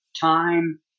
time